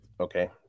okay